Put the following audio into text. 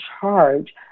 charge